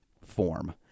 form